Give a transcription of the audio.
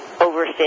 over